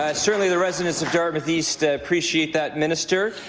ah certainly the residents of dartmouth east appreciate that, minister.